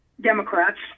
Democrats